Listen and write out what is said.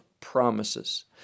promises